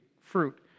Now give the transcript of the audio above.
fruit